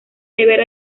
deber